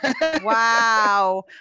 Wow